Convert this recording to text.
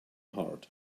hard